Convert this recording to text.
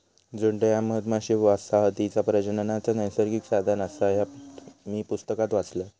झुंड ह्या मधमाशी वसाहतीचा प्रजननाचा नैसर्गिक साधन आसा, ह्या मी पुस्तकात वाचलंय